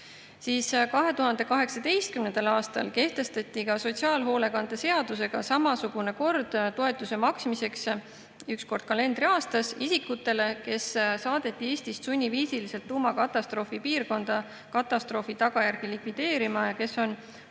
elanikud.2018. aastal kehtestati sotsiaalhoolekande seadusega samasugune kord toetuse maksmiseks, üks kord kalendriaastas, isikutele, kes saadeti Eestist sunniviisiliselt tuumakatastroofi piirkonda katastroofi tagajärgi likvideerima ja kes on